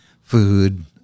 food